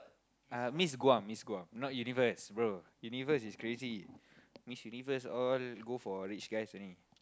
ah Miss Guam Miss Guam not universe bro universe is crazy Miss Universe all go for rich guys only